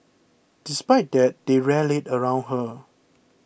despite that they rallied around her